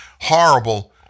horrible